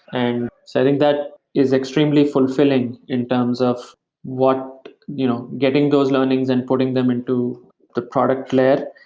and so think that is extremely fulfilling in terms of what you know getting those learnings and putting them into the product layer.